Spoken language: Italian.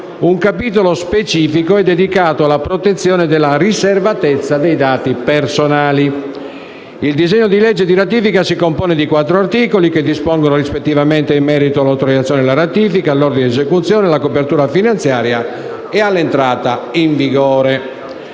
Un capitolo specifico è dedicato alla protezione della riservatezza dei dati personali. Il disegno di legge di ratifica si compone di quattro articoli che dispongono rispettivamente in merito all'autorizzazione alla ratifica, all'ordine di esecuzione, alla copertura finanziaria e all'entrata in vigore.